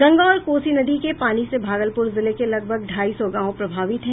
गंगा और कोसी नदी के पानी से भागलपुर जिले के लगभग ढाई सौ गांव प्रभावित हैं